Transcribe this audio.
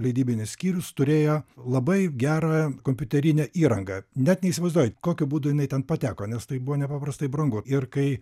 leidybinis skyrius turėjo labai gerą kompiuterinę įrangą net neįsivaizduoju kokiu būdu jinai ten pateko nes tai buvo nepaprastai brangu ir kai